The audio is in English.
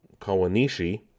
Kawanishi